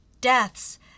deaths